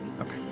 Okay